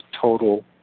total